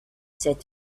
said